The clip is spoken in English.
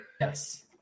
Yes